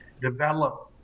develop